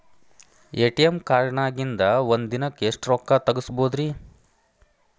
ATM ಕಾರ್ಡ್ನ್ಯಾಗಿನ್ದ್ ಒಂದ್ ದಿನಕ್ಕ್ ಎಷ್ಟ ರೊಕ್ಕಾ ತೆಗಸ್ಬೋದ್ರಿ?